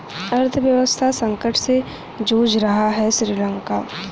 अर्थव्यवस्था संकट से जूझ रहा हैं श्रीलंका